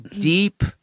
deep